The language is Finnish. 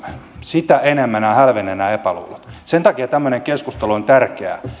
sitä enemmän nämä epäluulot hälvenevät sen takia tämmöinen keskustelu on tärkeää